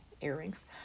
earrings